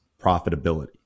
profitability